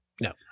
No